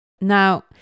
Now